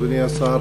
אדוני השר,